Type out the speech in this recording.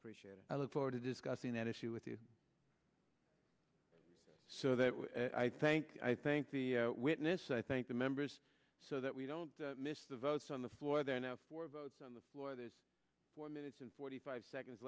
appreciate it i look forward to discussing that issue with you so that i thank i think the witness i thank the members so that we don't miss the votes on the floor there now four votes on the floor the minutes and forty five seconds